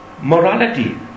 morality